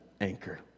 anchor